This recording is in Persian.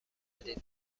جدید